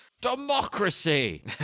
Democracy